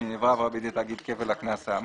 ואם נעברה העבירה בידי תאגיד כפל הקנס האמור: